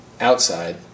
outside